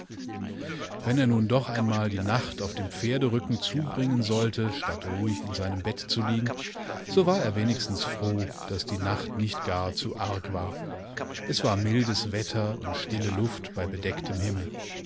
wenn er nun doch einmal die nacht auf dem pferderücken zubringen sollte stattruhiginseinembettzuliegen sowarerwenigstensfroh daßdienacht nicht gar zu arg war es war mildes wetter und stille luft bei bedecktem himmel